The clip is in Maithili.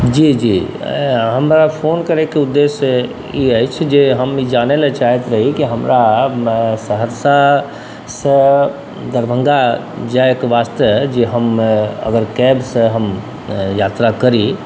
जी जी हमरा फोन करैके उद्देश्य ई अछि जे हम ई जानैलए चाहैत रही जे हमरा सहरसासँ दरभङ्गा जाइके वास्ते जे हम अगर कैबसँ हम यात्रा करी